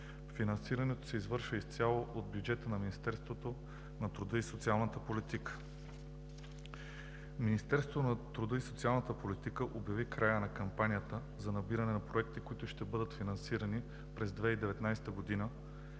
финансирането се извършва изцяло от бюджета на Министерството на труда и социалната политика. Министерството на труда и социалната политика обяви края на кампанията за набиране на проекти, които ще бъдат финансирани през 2019 г.